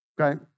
Okay